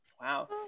Wow